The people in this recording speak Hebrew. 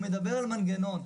הוא מדבר על מנגנון.